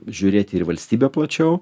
žiūrėti ir į valstybę plačiau